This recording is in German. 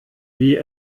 wie